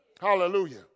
Hallelujah